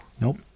Nope